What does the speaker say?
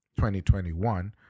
2021